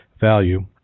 value